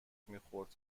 میخورد